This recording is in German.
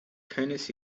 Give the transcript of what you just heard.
keines